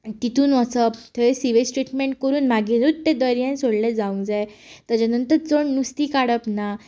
तितूंत वचप थंय सी वेस्ट ट्रिटमेन्ट करून मागीरूच तें दर्यांत सोडलें जावंक जाय ताचे नंतर चड नुस्तीं काडप ना